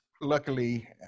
luckily